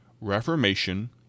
Reformation